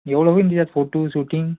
एवढं होईन त्याच्यात फोटो शूटिंग